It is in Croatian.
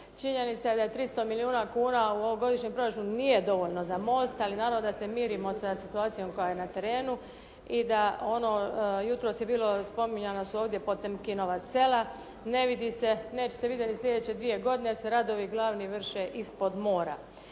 Činjenica je da je 300 milijuna kuna u ovogodišnjem proračunu nije dovoljno za most, ali naravno da se mirimo sa situacijom koja je na terenu i da ono jutros je bilo spominjana su ovdje Potemkinova sela, ne vidi se, neće se vidjeti ni sljedeće dvije godine jer se radovi glavni vrše ispod mora.